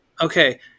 Okay